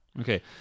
okay